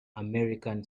american